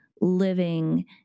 living